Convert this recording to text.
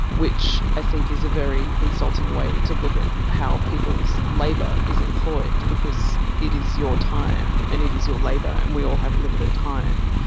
which i think is a very insulting way to look at how people's labour is employed because it is your time and it is your labour and we all have limited time.